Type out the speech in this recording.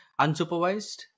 unsupervised